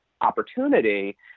opportunity